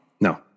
No